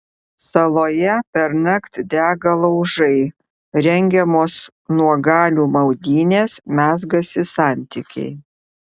saloje pernakt dega laužai rengiamos nuogalių maudynės mezgasi santykiai